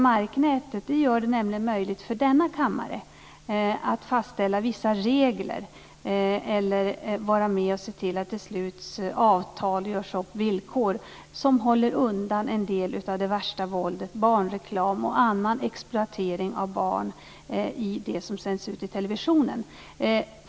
Marknätet gör det nämligen möjligt för denna kammare att fastställa vissa regler eller att vara med och se till att det sluts avtal och görs upp villkor som håller undan en del av det värsta våldet, barnreklamen och annan exploatering av barn i det som sänds ut i televisionen.